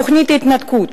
תוכנית ההתנתקות,